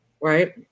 Right